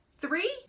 three